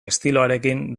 estiloarekin